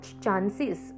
chances